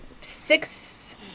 six